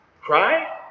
cry